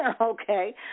Okay